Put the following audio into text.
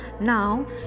Now